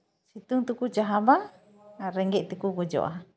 ᱥᱤᱛᱩᱝ ᱛᱮᱠᱚ ᱪᱟᱦᱟᱵᱟ ᱨᱮᱸᱜᱮᱡ ᱛᱮᱠᱚ ᱜᱚᱡᱚᱜᱼᱟ